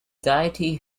deity